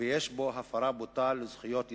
ויש בו הפרה בוטה של זכויות יסוד,